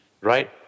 right